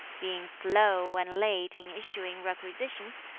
being slow and late in issuing requisitions,